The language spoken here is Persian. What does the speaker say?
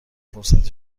فرصت